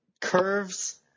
curves